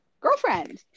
girlfriend